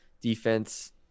defense